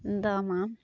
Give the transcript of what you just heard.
ᱫᱟᱢᱟ